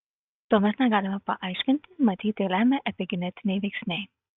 to mes negalime paaiškinti matyt tai lemia epigenetiniai veiksniai